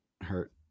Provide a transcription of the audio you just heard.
hurt